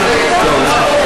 טוב, נו,